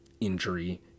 injury